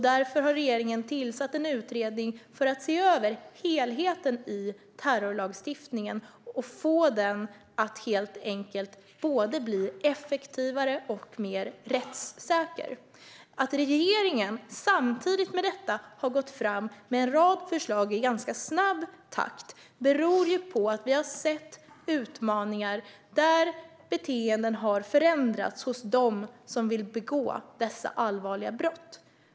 Därför har regeringen tillsatt en utredning för att se över helheten i terrorlagstiftningen och för att helt enkelt få den att bli både effektivare och mer rättssäker. Att regeringen samtidigt med detta har gått fram med en rad förslag i ganska snabb takt beror på att vi har sett utmaningar där beteenden har förändrats hos dem som vill begå dessa allvarliga brott.